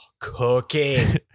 Cooking